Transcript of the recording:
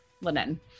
Linen